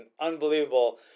unbelievable